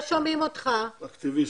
אני מתחבר לשני דוברים, אחד, למזי טזזו,